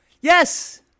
Yes